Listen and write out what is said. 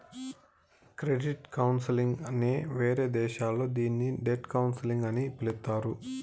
credit counselling నే వేరే దేశాల్లో దీన్ని డెట్ కౌన్సిలింగ్ అని పిలుత్తారు